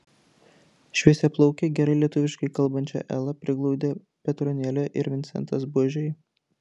šviesiaplaukę gerai lietuviškai kalbančią elą priglaudė petronėlė ir vincentas buožiai